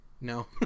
no